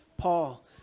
Paul